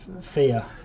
fear